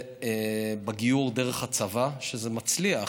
בגיור דרך הצבא, שזה מצליח.